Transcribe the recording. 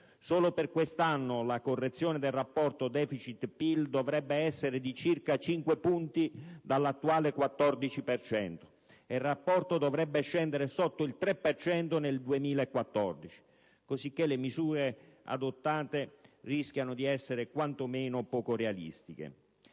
solo per questo anno la correzione del rapporto deficit e PIL dovrebbe essere di circa 5 punti dall'attuale 14 per cento. Il rapporto dovrebbe scendere sotto il 3 per cento nel 2014, cosicché le misure adottate rischiano di essere quantomeno poco realistiche.